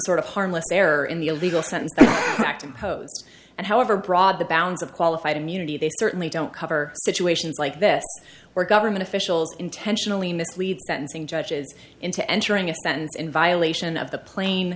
sort of harmless error in the illegal sentence act imposed and however broad the bounds of qualified immunity they certainly don't cover situations like this where government officials intentionally mislead sentencing judges into entering a sentence in violation of the pla